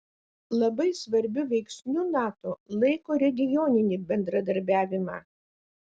labai svarbiu veiksniu nato laiko regioninį bendradarbiavimą